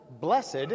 Blessed